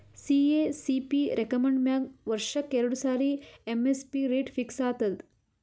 CACP recommend ಮ್ಯಾಗ್ ವರ್ಷಕ್ಕ್ ಎರಡು ಸಾರಿ ಎಮ್.ಎಸ್.ಪಿ ರೇಟ್ ಫಿಕ್ಸ್ ಆತದ್